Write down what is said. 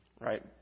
right